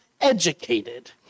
educated